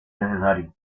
necesario